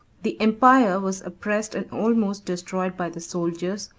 the empire was oppressed and almost destroyed by the soldiers,